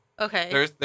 Okay